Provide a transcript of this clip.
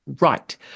Right